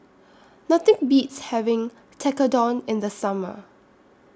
Nothing Beats having Tekkadon in The Summer